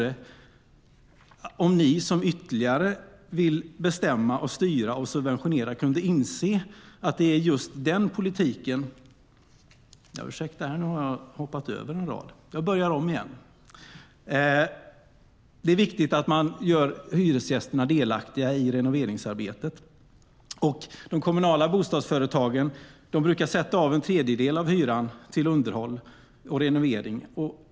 De kommunala bostadsföretagen brukar sätta av en tredjedel av hyran till underhåll och renovering.